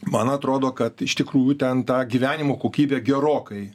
man atrodo kad iš tikrųjų ten ta gyvenimo kokybė gerokai